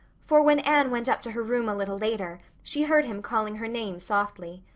for when anne went up to her room a little later she heard him calling her name softly.